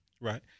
right